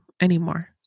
anymore